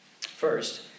First